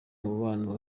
umubano